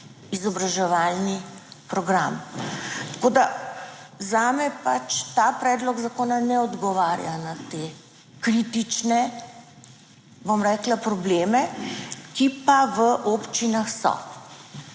izobraževalni program. Tako da zame pač ta predlog zakona ne odgovarja na te kritične, bom rekla, probleme, ki pa v občinah so.